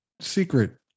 secret